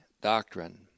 doctrine